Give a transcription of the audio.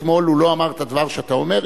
אתמול הוא לא אמר את הדבר שאתה אומר,